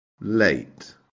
late